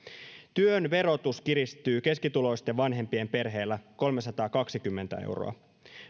työn verotus kiristyy keskituloisten vanhempien perheellä kolmesataakaksikymmentä euroa